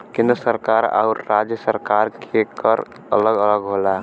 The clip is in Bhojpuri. केंद्र सरकार आउर राज्य सरकार के कर अलग अलग होला